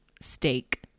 steak